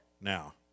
now